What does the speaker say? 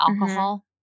alcohol